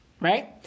right